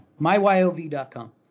MyYOV.com